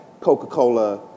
Coca-Cola